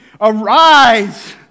Arise